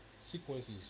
sequences